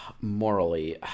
morally